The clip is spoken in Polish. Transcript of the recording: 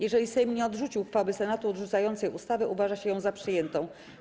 Jeżeli Sejm nie odrzuci uchwały Senatu odrzucającej ustawę, uważa się ją za przyjętą.